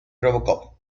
robocop